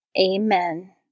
Amen